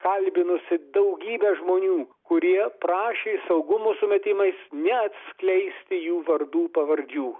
kalbinusi daugybę žmonių kurie prašė saugumo sumetimais neatskleisti jų vardų pavardžių